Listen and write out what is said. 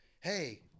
Hey